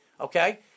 Okay